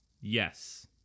Yes